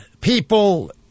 people